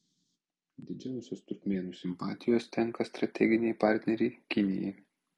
didžiausios turkmėnų simpatijos tenka strateginei partnerei kinijai